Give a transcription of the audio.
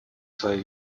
свою